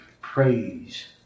Praise